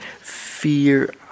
fear